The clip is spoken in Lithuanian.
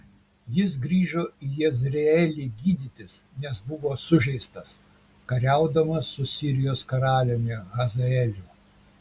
jis grįžo į jezreelį gydytis nes buvo sužeistas kariaudamas su sirijos karaliumi hazaeliu